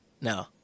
No